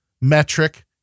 metric